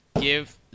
give